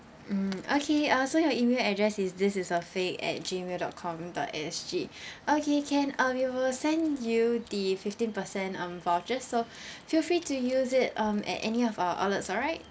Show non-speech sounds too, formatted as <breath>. mm okay uh so your email address is this is a fake at Gmail dot com dot S_G <breath> okay can uh we will send you the fifteen percent um vouchers so <breath> feel free to use it um at any of our outlets alright